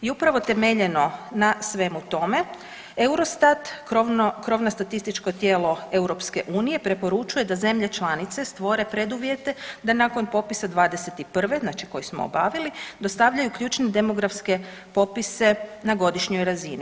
I upravo temeljeno na svemu tome EUROSTAT krovno statističko tijelo EU preporučuje da zemlje članice stvore preduvjete da nakon popisa '21. znači koji smo obavili, dostavljaju ključne demografske popise na godišnjoj razini.